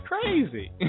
crazy